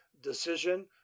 decision